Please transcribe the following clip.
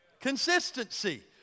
Consistency